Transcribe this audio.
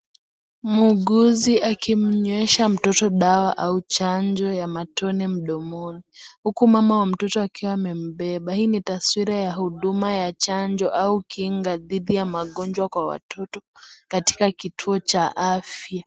Muuguzi akimunyoesha mtoto dawa au chanjo ya matone mdomoni ,huku mama ya mtoto akiwa amembeba hii ni taswira ya huduma ya chanjo au kinga dhidi ya mgonjwa kwa watoto katika kituo cha afya.